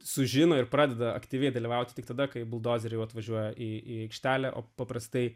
sužino ir pradeda aktyviai dalyvauti tik tada kai buldozeriai atvažiuoja į aikštelę o paprastai